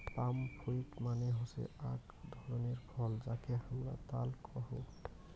পাম fruit মানে হসে আক ধরণের ফল যাকে হামরা তাল কোহু